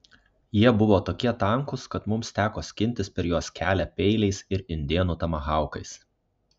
jie buvo tokie tankūs kad mums teko skintis per juos kelią peiliais ir indėnų tomahaukais